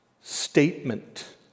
Statement